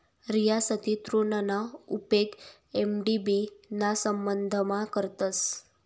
रियासती ऋणना उपेग एम.डी.बी ना संबंधमा करतस